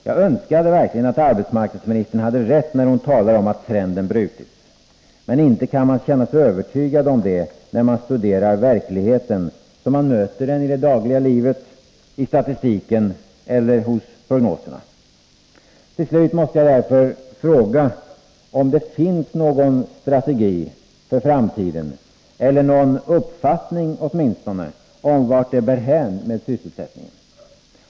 Jag önskade verkligen att arbetsmarknadsministern hade rätt när hon talade om att trenden brutits, men inte kan man känna sig övertygad om det när man studerar verkligheten som man möter den i det dagliga livet, i statistiken eller i prognoserna. Till slut måste jag därför fråga om det finns någon strategi för framtiden eller åtminstone någon uppfattning om vart det bär hän med sysselsättningen.